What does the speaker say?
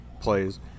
plays